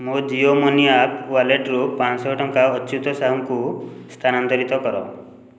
ମୋ Jio money app ୱାଲେଟ୍ରୁ ପାଞ୍ଚଶହ ଟଙ୍କା ଅଚ୍ୟୁତ ସାହୁଙ୍କୁ ସ୍ଥାନାନ୍ତରିତ କର